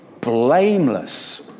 blameless